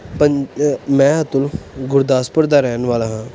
ਪੰਜ ਅ ਮੈਂ ਅਤੁਲ ਗੁਰਦਾਸਪੁਰ ਦਾ ਰਹਿਣ ਵਾਲਾ ਹਾਂ